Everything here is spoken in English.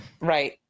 right